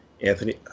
Anthony